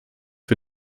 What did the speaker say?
für